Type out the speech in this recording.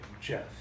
Jeff